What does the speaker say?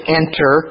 enter